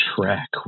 track